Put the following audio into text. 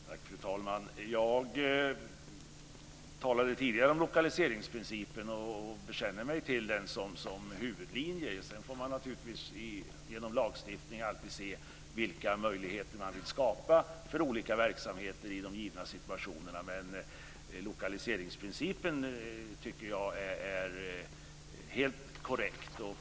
Fru talman! Jag talade tidigare om lokaliseringsprincipen och bekänner mig till den som huvudlinje. Sedan får man naturligtvis genom lagstiftning alltid se vilka möjligheter man vill skapa för olika verksamheter i givna situationer. Men lokaliseringsprincipen tycker jag är helt korrekt.